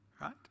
Right